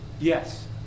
Yes